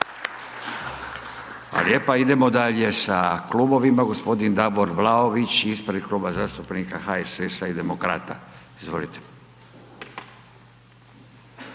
lijepa. Idemo dalje sa klubovima. G. Davor Vlaović ispred Kluba zastupnika HSS-a i Demokrata, izvolite.